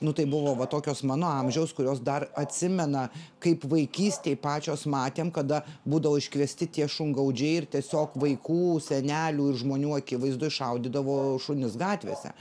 nu tai buvo va tokios mano amžiaus kurios dar atsimena kaip vaikystėj pačios matėm kada būdavo iškviesti tie šungaudžiai ir tiesiog vaikų senelių ir žmonių akivaizdoj šaudydavo šunis gatvėse